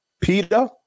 Peter